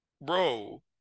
bro